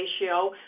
ratio